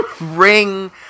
ring